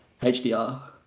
HDR